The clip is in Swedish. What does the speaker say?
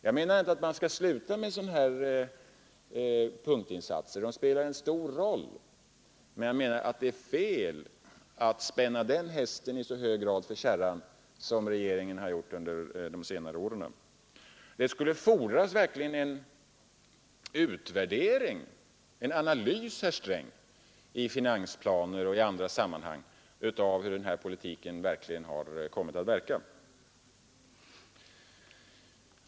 Jag menar inte att man skall upphöra med punktinsatserna — de spelar en stor roll — men jag menar att det är fel att i så hög grad som regeringen har gjort under de senare åren spänna den hästen för kärran. Det skulle fordras en verklig utvärdering och en analys, herr Sträng, i finansplaner och i andra sammanhang av hur den förda politiken har kommit att verka.